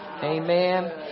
amen